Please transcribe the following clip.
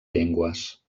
llengües